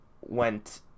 went